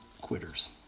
quitters